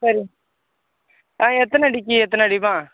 சரி ஆ எத்தனை அடிக்கு எத்தனை அடிமா